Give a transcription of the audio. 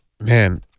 man